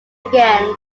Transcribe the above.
against